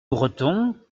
breton